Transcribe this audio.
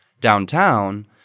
Downtown